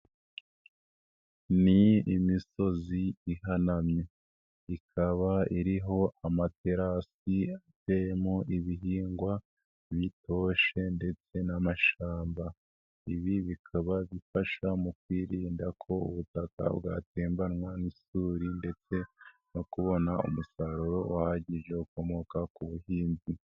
Ni imisozi ihanamye, ikaba iriho amaterasi, ateyemo ibihingwa bitoshe ndetse n'amashamba, ibi bikaba bifasha mu kwirinda ko ubutaka bwatembanwa n'isuri ndetse no kubona umusaruro uhagije ukomoka ku buhinzi.